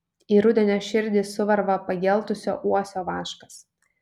į rudenio širdį suvarva pageltusio uosio vaškas